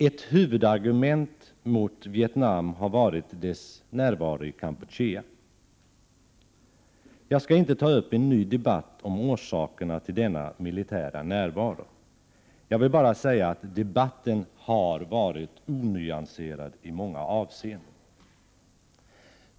Ett huvudargument mot Vietnam har varit dess närvaro i Kampuchea. Jag skall inte ta upp en ny debatt om orsakerna till denna militära närvaro. Jag vill bara säga att debatten har varit onyanserad i många avseenden.